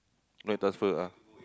no transfer ah